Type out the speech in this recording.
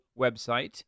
website